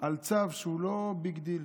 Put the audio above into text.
על צו שהוא לא ביג דיל.